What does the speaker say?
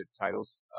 titles